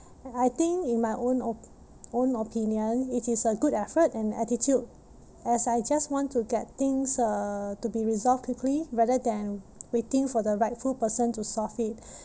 and I think in my own op~ own opinion it is a good effort and attitude as I just want to get things uh to be resolved quickly rather than waiting for the rightful person to solve it